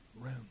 room